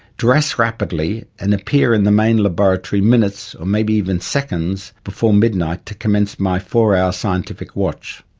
dress rapidly and appear in the main laboratory minutes or maybe even seconds before midnight to commence my four hour scientific watch.